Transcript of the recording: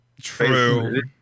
true